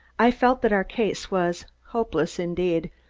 i felt that our case was hopeless indeed.